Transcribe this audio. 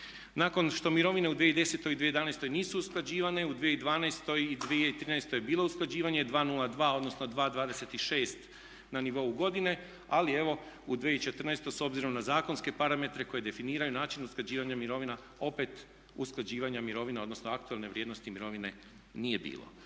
Nakon što mirovine u 2010. i 2011. nisu usklađivane u 2012. i 2013. je bilo usklađivanje 2,02 odnosno 2,26 na nivou godine ali evo u 2014. s obzirom na zakonske parametre koji definiraju način usklađivanja mirovina opet usklađivanje mirovina odnosno aktualne vrijednosti mirovine nije bilo.